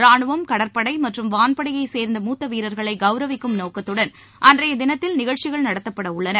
ராணுவம் கடற்படை மற்றும் வான்படையைச் சேர்ந்த மூத்த வீரர்களை கவுரவிக்கும் நோக்கத்துடன் அன்றைய தினத்தில் நிகழ்ச்சிகள் நடத்தப்படவுள்ளன